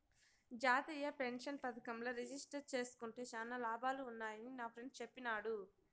జాతీయ పెన్సన్ పదకంల రిజిస్టర్ జేస్కుంటే శానా లాభాలు వున్నాయని నాఫ్రెండ్ చెప్పిన్నాడు